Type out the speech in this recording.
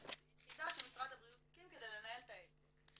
יחידה שמשרד הבריאות הקים כדי לנהל את העסק.